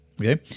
Okay